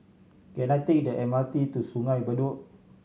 can I take the M R T to Sungei Bedok